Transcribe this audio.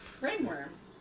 Ringworms